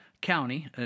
County